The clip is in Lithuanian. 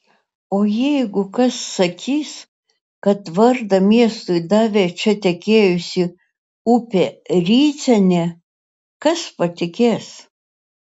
o jeigu kas sakys kad vardą miestui davė čia tekėjusi upė rydzene kas patikės